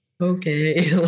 okay